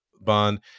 Bond